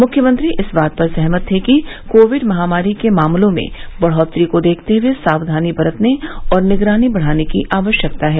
मुख्यमंत्री इस बात पर सहमत थे कि कोविड महामारी के मामलों में बढोतरी को देखते हुए सावधानी बरतने और निगरानी बढ़ाने की आवश्यकता है